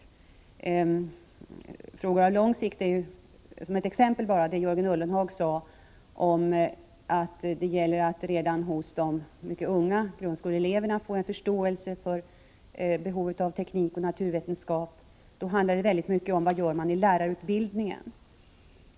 Som ett exempel på frågor på lång sikt kan jag nämna det som Jörgen Ullenhag sade om att det gäller att redan hos de mycket unga, hos grundskoleeleverna, skapa en förståelse för behovet av teknik och naturvetenskap. I det sammanhanget är lärarutbildningen av mycket stor betydelse.